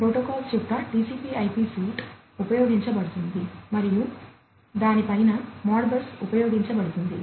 protocols యొక్క TCP IP suite ఉపయోగించబడుతుంది మరియు దాని పైన మోడ్బస్ ఉపయోగించబడుతుంది